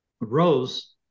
rose